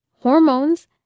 hormones